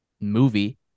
movie